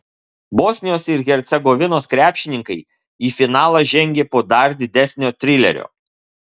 bosnijos ir hercegovinos krepšininkai į finalą žengė po dar didesnio trilerio